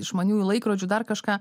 išmaniųjų laikrodžių dar kažką